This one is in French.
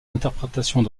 interprétations